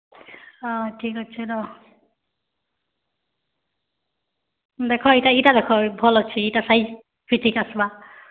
ହଁ ଠିକ୍ ଅଛେ ରହ୍ ଦେଖ ଏଟା ଇଟା ଦେଖ ଭଲ୍ ଅଛେ ଇଟା ସାଇଜ୍ ଭି ଠିକ୍ ଆସ୍ବା